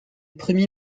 premier